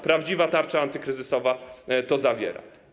Prawdziwa tarcza antykryzysowa to zawiera.